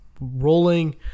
rolling